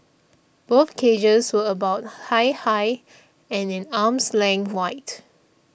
both cages were about high high and an arm's length wide